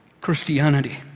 Christianity